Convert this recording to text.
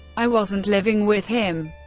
i wasn't living with him.